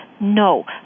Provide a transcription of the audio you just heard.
No